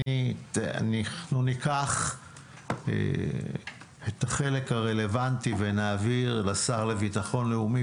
אנחנו ניקח את החלק הרלוונטי ונעביר לשר לביטחון לאומי,